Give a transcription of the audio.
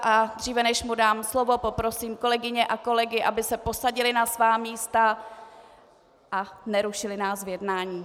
A dříve než mu dám slovo, poprosím kolegyně a kolegy, aby se posadili na svá místa a nerušili nás v jednání.